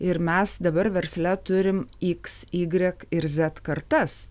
ir mes dabar versle turim iks ygrik ir zed kartas